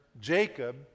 Jacob